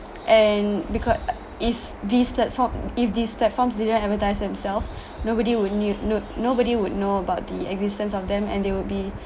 and becau~ if these platform if these platforms didn't advertise themselves nobody would knew no~ nobody would know about the existence of them and they would be